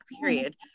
period